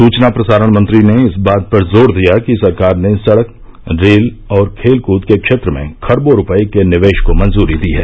सूचना प्रसारण मंत्री ने इस बात पर जोर दिया कि सरकार ने सड़क रेल और खेलकूद के क्षेत्र में खरबों रूपये के निवेश को मंजूरी दी है